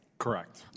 Correct